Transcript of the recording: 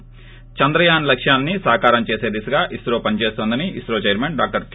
ి చంద్రయాన్ లక్ష్యాన్ని సాకారం చేసే దిశగా ఇస్రో పనిచేస్తోందని ఇస్రో చెర్మన్ డాక్టర్ కే